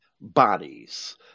bodies